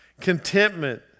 Contentment